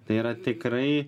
tai yra tikrai